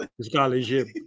scholarship